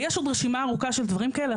ויש עוד רשימה ארוכה של דברים כאלה.